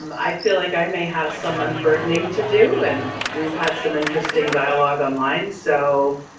um i feel like i may have some unburdening to do. and we've had some interesting dialogue online, so